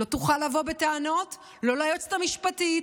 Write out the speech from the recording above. לא תוכל לבוא בטענות לא ליועצת המשפטית,